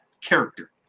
character